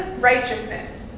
righteousness